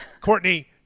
courtney